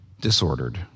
disordered